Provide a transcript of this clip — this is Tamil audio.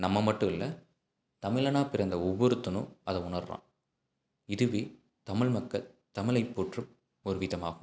நம்ம மட்டும் இல்லை தமிழனாக பிறந்த ஒவ்வொருத்தனும் அதை உணர்கிறான் இதுவே தமிழ் மக்கள் தமிழை போற்றும் ஒரு விதமாகும்